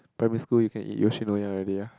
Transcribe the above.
primary school you can eat Yoshinoya already ah